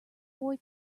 boy